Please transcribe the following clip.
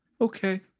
Okay